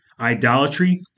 idolatry